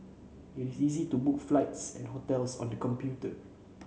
it is easy to book flights and hotels on the computer